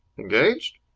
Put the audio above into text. engaged?